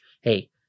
hey